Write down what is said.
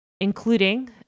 including